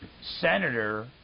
senator